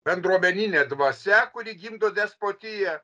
bendruomenine dvasia kuri gimdo despotiją